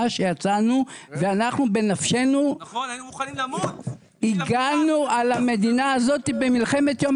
כשיצאנו ואנחנו בנפשנו הגנו על המדינה הזאת במלחמת יום